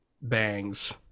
bangs